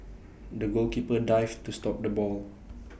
the goalkeeper dived to stop the ball